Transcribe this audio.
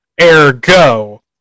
Ergo